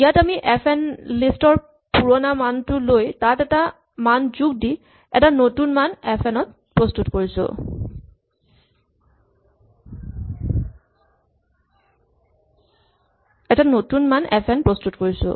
ইয়াত আমি F N list ৰ পুৰণা মানটো লৈ তাত এটা মান যোগ দি এটা নতুন মান এফ এন প্ৰস্তুত কৰিছো